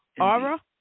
Aura